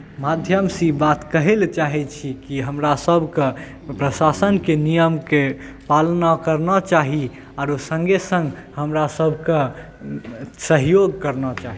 माध्यमसँ ई बात कहै लेल चाहैत छी कि हमरासभके प्रसाशनके नियमके पालन करना चाही आरो सङ्गहि सङ्ग हमरासभके सहयोग करना चाही